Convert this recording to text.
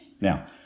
Now